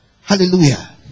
Hallelujah